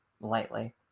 lightly